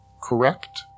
correct